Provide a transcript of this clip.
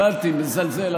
הבנתי, מזלזל.